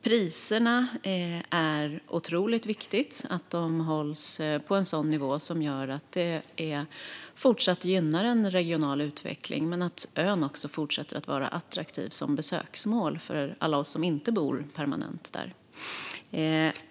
Det är otroligt viktigt att priserna hålls på en nivå som gör att regional utveckling fortsätter att gynnas och att ön fortsätter att vara attraktiv som besöksmål för alla oss som inte bor permanent där.